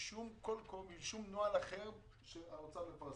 משום נוהל אחר שהאוצר מפרסם.